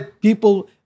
people